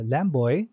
Lamboy